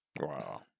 Wow